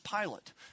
Pilate